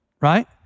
right